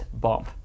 bump